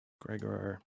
Gregor